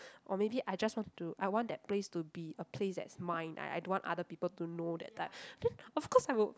or maybe I just want to I want that place to be a place that's mine I I don't want other people to know that type then of course I will